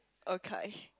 okay